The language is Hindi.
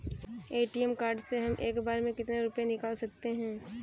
ए.टी.एम कार्ड से हम एक बार में कितने रुपये निकाल सकते हैं?